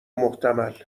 محتمل